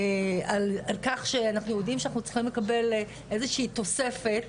על כך שאנחנו יודעים שאנחנו צריכים לקבל איזושהי תוספת